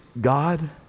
God